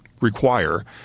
require